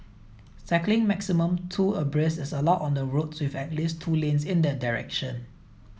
cycling maximum two abreast is allowed on the roads with at least two lanes in that direction